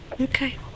Okay